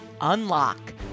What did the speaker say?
Unlock